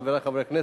חברי חברי הכנסת,